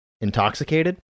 intoxicated